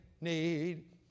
need